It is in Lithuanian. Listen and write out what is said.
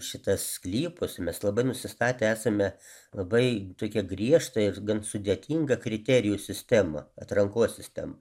šitas sklypus mes labai nusistatę esame labai tokią griežtą ir gan sudėtingą kriterijų sistemą atrankos sistemą